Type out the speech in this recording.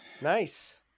Nice